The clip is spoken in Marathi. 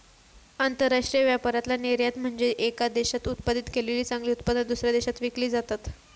आंतरराष्ट्रीय व्यापारातला निर्यात म्हनजे येका देशात उत्पादित केलेली चांगली उत्पादना, दुसऱ्या देशात विकली जातत